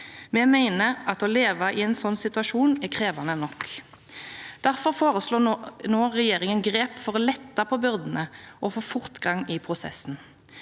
Vi mener at å leve i en sånn situasjon er krevende nok. Derfor foreslår regjeringen grep for å lette på byrdene og få fortgang i prosessen.